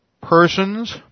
Persons